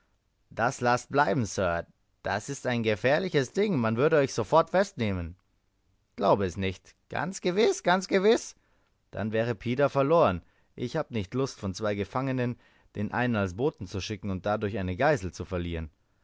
das laßt bleiben sir das ist ein gefährliches ding man würde euch sofort festnehmen glaube es nicht ganz gewiß ganz gewiß dann wäre pida verloren ich habe nicht lust von zwei gefangenen den einen als boten zu schicken und dadurch einen geisel zu verlieren